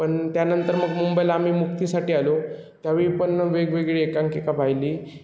पण त्यानंतर मग मुंबईला आम्ही मुक्तीसाठी आलो त्यावेळी पण वेगवेगळी एकांकिका पाहिली